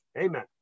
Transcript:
Amen